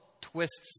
twists